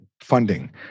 funding